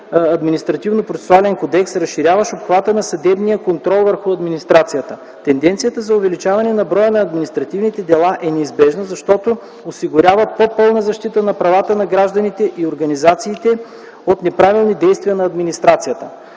Административнопроцесуален кодекс, разширяващ обхвата на съдебния контрол върху администрацията. Тенденцията за увеличаване на броя на административните дела е неизбежна, защото осигурява по-пълна защита на правата на гражданите и организациите от неправилни действия на администрацията.